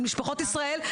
על משפחות ישראל,